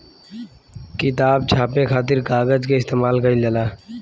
किताब छापे खातिर कागज के इस्तेमाल कईल जाला